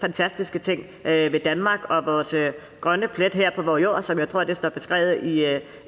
fantastiske ting ved Danmark og vores grønne plet her på vor Jord, som jeg tror det står beskrevet